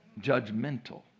judgmental